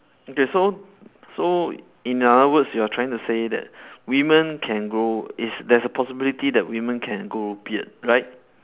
okay so so in other words you are trying to say that women can grow it's there's a possibility that women can grow beard right